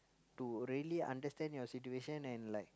to really understand your situation and like